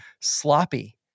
sloppy